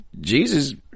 Jesus